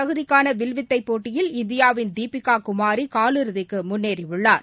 தகுதிக்கானவில்வித்தைபோட்டியில் இந்தியாவின் தீபிகாகுமாரிகால் ஒலிம்பிக் இறுதிக்குமுன்னேறியுள்ளார்